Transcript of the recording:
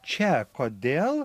čia kodėl